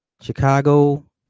Chicago